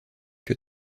que